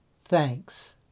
Thanks